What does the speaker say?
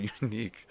unique